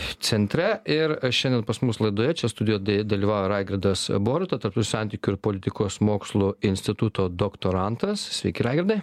centre ir šiandien pas mus laidoje čia studijoje dalyvauja raigardas boruta tarptautinių santykių ir politikos mokslų instituto doktorantas sveiki raigardai